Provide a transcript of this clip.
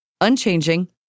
unchanging